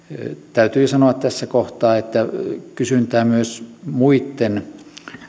täytyy sanoa tässä kohtaa että kysyntää myös muitten